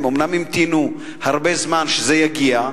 הם המתינו הרבה זמן שזה יגיע,